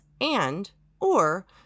and/or